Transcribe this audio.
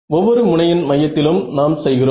ஒவ்வொரு முனையின் மையத்திலும் நாம் செய்கிறோம்